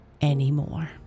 anymore